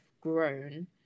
grown